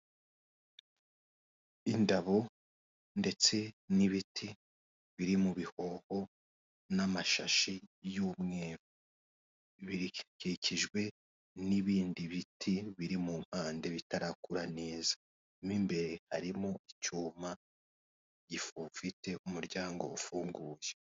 Indabo ndetse n'ibiti biri mu bihoho n'amashashi y'umweru, bikikijwe n'ibindi biti biri mu mpande bitarakura neza, mo imbere harimo icyuma gifite umuryango ufunguye.